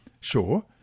Sure